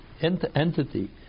entity